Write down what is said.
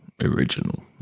original